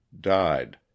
died